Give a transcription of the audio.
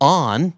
on